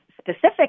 specific